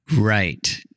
Right